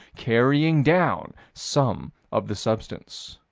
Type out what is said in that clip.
carrying down some of the substance.